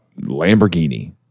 Lamborghini